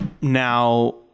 now